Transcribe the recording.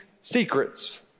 secrets